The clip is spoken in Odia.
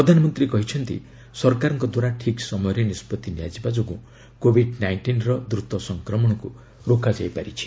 ପ୍ରଧାନମନ୍ତ୍ରୀ କହିଛନ୍ତି ସରକାରଙ୍କ ଦ୍ୱାରା ଠିକ୍ ସମୟରେ ନିଷ୍ପଭି ନିଆଯିବା ଯୋଗୁଁ କୋଭିଡ ନାଇଷ୍ଟିନ୍ର ଦ୍ରତ ସଂକ୍ରମଣକୁ ରୋକାଯାଇପାରିଛି